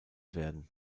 werden